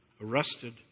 Arrested